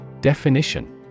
Definition